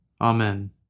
Amen